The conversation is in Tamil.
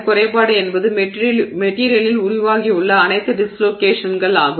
குறைபாடு என்பது மெட்டிரியலில் உருவாகியுள்ள அனைத்து டிஸ்லோகேஷன்கள் ஆகும்